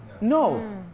No